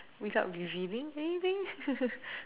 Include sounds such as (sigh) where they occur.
without revealing anything (laughs)